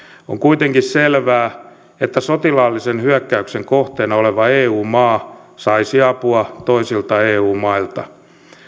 on kuitenkin selvää että sotilaallisen hyökkäyksen kohteena oleva eu maa saisi apua toisilta eu mailta